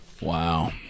Wow